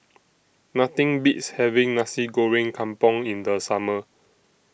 Nothing Beats having Nasi Goreng Kampung in The Summer